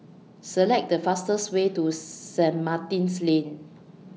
Select The fastest Way to Saint Martin's Lane